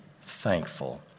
thankful